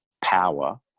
power